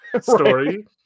story